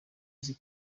nzi